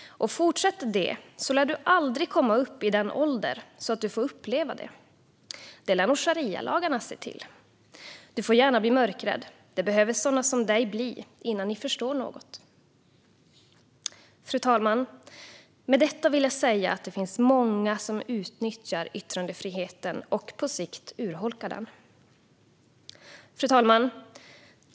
Och fortsätter det så lär du aldrig komma upp i den ålder så att du får uppleva det. Det lär nog sharialagarna se till. Du får gärna bli mörkrädd, det behöver sådana som dig bli innan ni förstår någonting." Fru talman! Med detta vill jag säga att det finns många som utnyttjar yttrandefriheten och på sikt urholkar den. Fru talman!